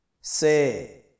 Say